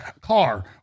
car